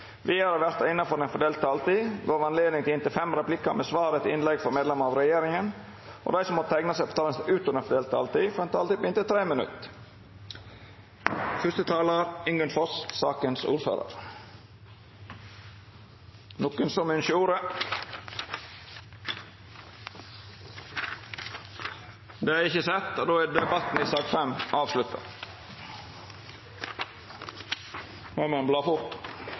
Vidare vil det – innanfor den fordelte taletida – verta gjeve anledning til inntil fem replikkar med svar etter innlegg frå medlemer av regjeringa, og dei som måtte teikna seg på talarlista utover den fordelte taletida, får ei taletid på inntil 3 minutt. Jeg møter ofte folk ulike bransjer, som deler solskinnshistorier og bekymringer. De tror samtidig at vi som er i denne sal, ser helheten og